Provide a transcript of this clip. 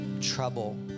trouble